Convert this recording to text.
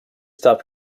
stop